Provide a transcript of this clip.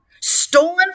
stolen